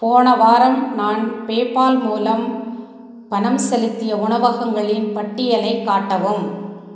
போன வாரம் நான் பேபால் மூலம் பணம் செலுத்திய உணவகங்களின் பட்டியலைக் காட்டவும்